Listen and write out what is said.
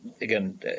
again